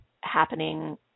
happening